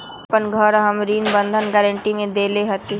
अपन घर हम ऋण बंधक गरान्टी में देले हती